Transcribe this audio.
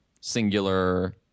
singular